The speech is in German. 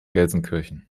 gelsenkirchen